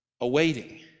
awaiting